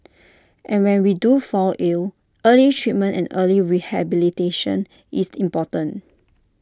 and when we do fall ill early treatment and early rehabilitation is important